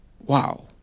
Wow